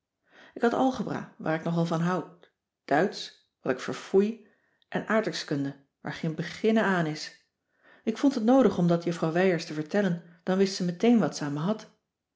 ik had algebra waar ik nogal van houd duitsch wat ik vervoei en aardrijkskunde waar geen beginnen aan is ik vond het noodig om dat juffrouw wijers te vertellen dan wist ze meteen wat ze aan me had